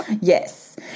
Yes